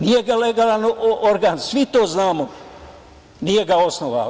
Nije ga legalan organ, svi to znamo, osnovao.